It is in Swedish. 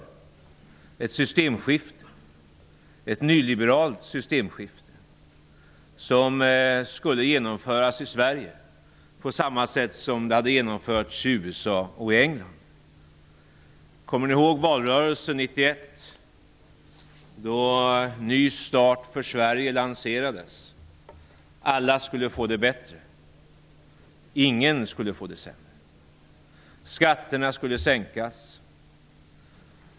Det är fråga om ett nyliberalt systemskifte, som skulle genomföras i Sverige på samma sätt som det hade genomförts i USA och i England. Kommer ni ihåg valrörelsen 1991, då Ny start för Sverige lanserades? Alla skulle få det bättre. Ingen skulle få det sämre. Skatterna skulle sänkas.